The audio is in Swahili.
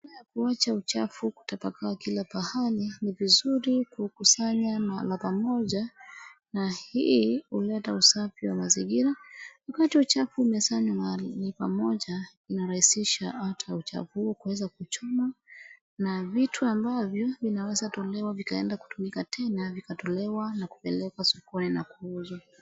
kabla ya kuacha uchafu kutapakaa kila mahali, ni vizuri kukusanya mahala pamoja na hii huleta usafi wa mazingira. Wakati uchafu umesanywa mahali pamoja inarahisisha ata uchafu huo kuweza kuchomwa na vitu ambavyo vinawezatolewa na vikaenda kutumika tena vikatolewa na kupelekwa sokoni na kuuzwa.